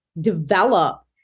develop